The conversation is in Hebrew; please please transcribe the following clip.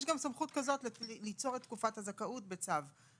יש גם סמכות כזאת ליצור את תקופת הזכאות בצו.